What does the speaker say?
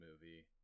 movie